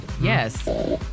Yes